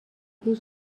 هیچ